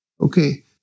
okay